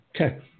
Okay